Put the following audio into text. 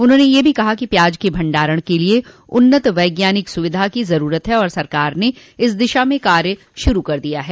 उन्होंने यह भी कहा कि प्याज के भंडारण के लिए उन्नत वैज्ञानिक स्विधा की जरूरत है और सरकार ने इस दिशा में कार्य करना शुरू भी कर दिया है